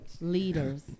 Leaders